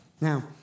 Now